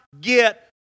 get